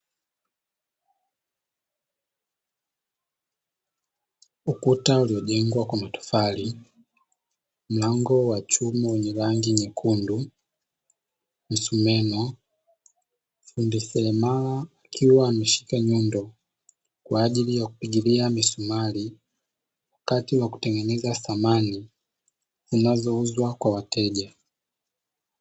Ukuta uliojengwa kwa matofali, mlango wa chuma wenye rangi nyekundu, msumeno, fundi seremala akiwa ameshika nyundo kwa ajili ya kupigilia misumari wakati wa kutengeneza samani zinazouzwa kwa wateja.